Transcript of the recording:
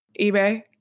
eBay